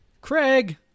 Craig